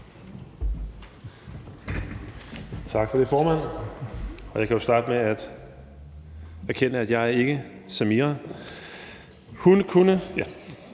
Tak for det, formand, og jeg kan jo starte med at erkende, at jeg ikke er Samira Nawa.